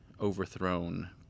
overthrown